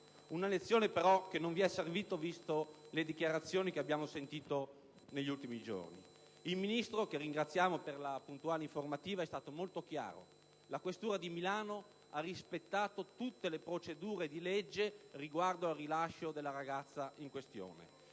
Una lezione però che non vi è servita, tenuto conto delle dichiarazioni degli ultimi giorni. Il Ministro, che ringraziamo per la puntuale informativa, è stato molto chiaro. La questura di Milano ha rispettato tutte le procedure di legge riguardo al rilascio della ragazza in questione.